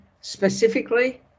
specifically